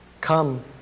Come